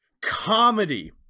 Comedy